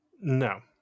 no